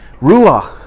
Ruach